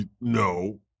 No